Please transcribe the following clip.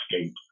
escape